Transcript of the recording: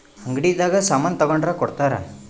ಅಂಗಡಿ ದಾಗ ಸಾಮನ್ ತಗೊಂಡ್ರ ಕೊಡ್ತಾರ